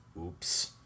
Oops